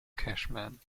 cashman